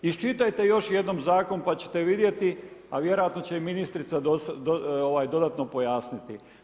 Iščitajte još jednom zakon pa ćete vidjeti, a vjerojatno će i ministrica dodatno pojasniti.